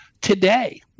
today